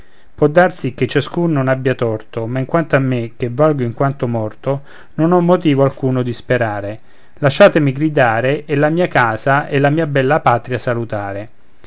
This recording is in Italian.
può darsi che ciascun non abbia torto ma in quanto a me che valgo in quanto morto non ho motivo alcuno di sperare lasciatemi gridare e la mia casa e la mia bella patria salutare